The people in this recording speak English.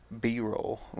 B-roll